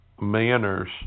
manners